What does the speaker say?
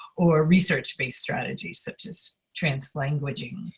or research-based strategies such as trance languaging.